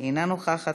אינה נוכחת,